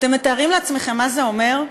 אתם מתארים לעצמכם מה זה אומר?